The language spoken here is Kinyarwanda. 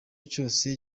cyose